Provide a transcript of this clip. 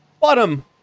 bottom